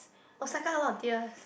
Osaka a lot of deers